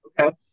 Okay